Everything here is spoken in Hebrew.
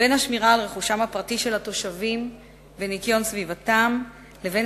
בין השמירה על רכושם הפרטי של התושבים וניקיון סביבתם לבין